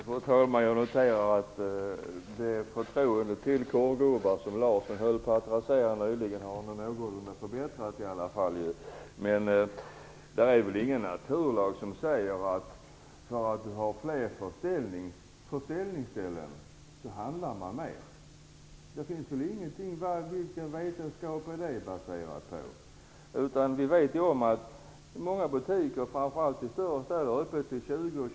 Fru talman! Jag noterar att det förtroende till korvgubbarna som Roland Larsson höll på att rasera någorlunda har förbättrats nu. Det är väl ingen naturlag som säger att fler försäljningsställen innebär att man handlar mera. Vad baseras det vetenskapligt på? Många butiker, framför allt i de större städerna, har ju öppet till kl. 20 eller kl.